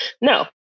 No